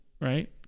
right